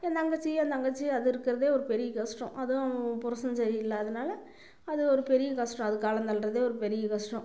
என்தங்கச்சி என்தங்கச்சி அது இருக்கிறதே ஒரு பெரிய கஷ்டம் அதுவும் புருஷன் சரியில்லாதனால அது ஒரு பெரிய கஷ்டம் அது காலந்தள்ளுறதே ஒரு பெரிய கஷ்டம்